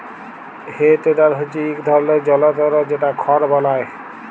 হে টেডার হচ্যে ইক ধরলের জলতর যেট খড় বলায়